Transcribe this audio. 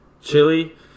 Chili